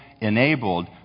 enabled